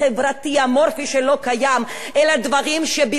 אלא דברים שבלעדיהם אי-אפשר לחיות,